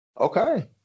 Okay